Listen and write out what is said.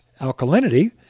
alkalinity